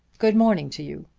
good morning to you.